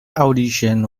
audition